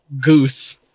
Goose